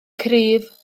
cryf